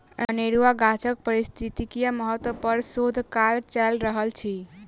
अनेरुआ गाछक पारिस्थितिकीय महत्व पर शोध काज चैल रहल अछि